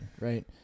right